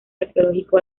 arqueológico